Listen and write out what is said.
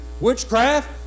witchcraft